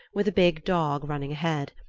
with a big dog running ahead.